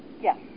yes